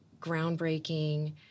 groundbreaking